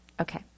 Okay